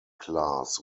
class